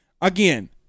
Again